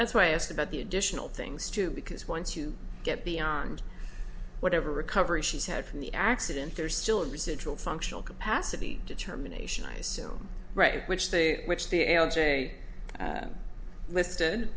that's why i asked about the additional things too because once you get beyond whatever recovery she's had from the accident there's still residual functional capacity determination eyes right which they which the l j listed